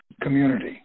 community